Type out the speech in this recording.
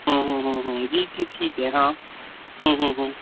ہوں ہوں ہوں ہوں جی جی ٹھیک ہے ہاں ہوں ہوں ہوں